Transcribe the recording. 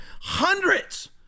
hundreds